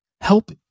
help